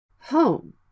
Home